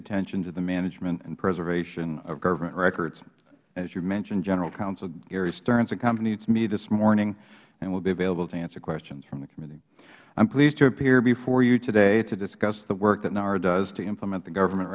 attention to the management and preservation of government records as you mentioned general counsel gary stern accompanies me this morning and will be available to answer questions from the committee i am pleased to appear before you today to discuss the work that nara does to implement the government